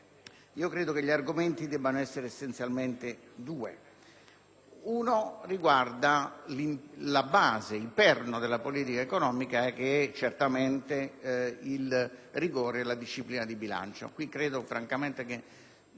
-, credo che gli argomenti debbano essere essenzialmente due. Il primo riguarda il perno della politica economica che è costituito dal rigore e dalla disciplina di bilancio.